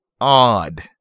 odd